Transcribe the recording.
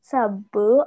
Sabu